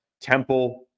Temple